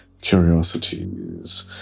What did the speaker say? Curiosities